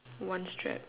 one strap